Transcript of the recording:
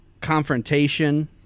confrontation